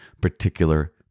particular